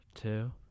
Two